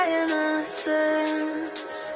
innocence